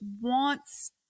wants